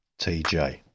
TJ